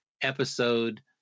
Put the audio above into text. episode